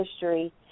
history